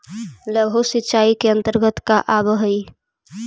लघु सिंचाई के अंतर्गत का आव हइ?